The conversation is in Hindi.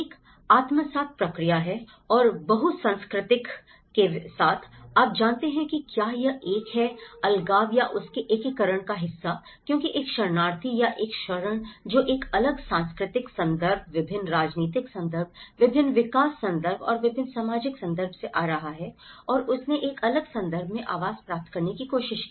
एक आत्मसात प्रक्रिया है और बहुसंस्कृतिवाद के साथ आप जानते हैं कि क्या यह एक है अलगाव या उसके एकीकरण का हिस्सा क्योंकि एक शरणार्थी या एक शरण जो एक अलग सांस्कृतिक संदर्भ विभिन्न राजनीतिक संदर्भ विभिन्न विकास संदर्भ और विभिन्न सामाजिक संदर्भ से आ रहा है और उसने एक अलग संदर्भ में आवास प्राप्त करने की कोशिश की